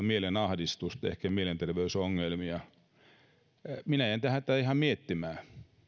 mielenahdistusta ehkä mielenterveysongelmia minä jäin tätä ihan miettimään nii in